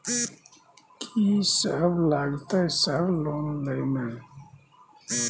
कि सब लगतै सर लोन लय में?